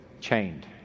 chained